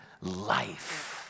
life